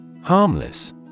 Harmless